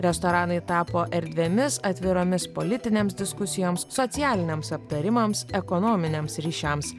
restoranai tapo erdvėmis atviromis politinėms diskusijoms socialiniams aptarimams ekonominiams ryšiams